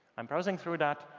i'm browsing through that,